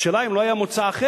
השאלה היא אם לא היה מוצא אחר.